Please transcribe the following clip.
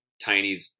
tiny